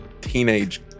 teenage